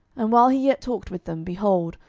and while he yet talked with them, behold,